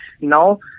Now